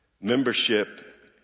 Membership